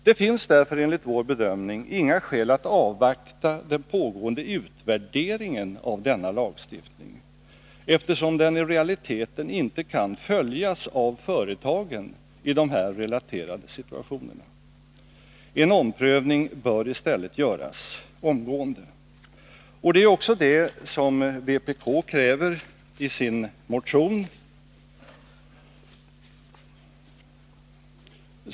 Det finns därför, enligt vår bedömning, inga skäl att avvakta den pågående utvärderingen av denna lagstiftning, eftersom den i realiteten inte kan följas av företagen i de här relaterade situationerna. En omprövning bör i stället göras omgående. Det är också detta vpk kräver i sin motion.